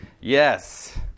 yes